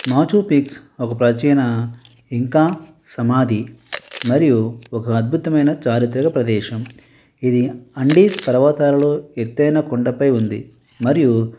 మాచూపీక్స్ ఒక ప్రత్యేకమైన ఇంకా సమాధి మరియు ఒక అద్భుతమైన చారిత్రక ప్రదేశం ఇది ఆండీస్ పర్వతాలలో ఎత్తైన కొండపై ఉంది మరియు